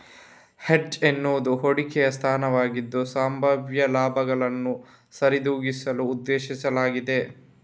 hedge ಎನ್ನುವುದು ಹೂಡಿಕೆಯ ಸ್ಥಾನವಾಗಿದ್ದು, ಸಂಭಾವ್ಯ ಲಾಭಗಳನ್ನು ಸರಿದೂಗಿಸಲು ಉದ್ದೇಶಿಸಲಾಗಿದೆ